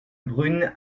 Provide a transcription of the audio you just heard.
brune